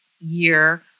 year